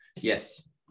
Yes